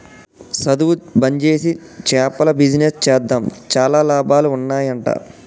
సధువు బంజేసి చేపల బిజినెస్ చేద్దాం చాలా లాభాలు ఉన్నాయ్ అంట